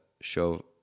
show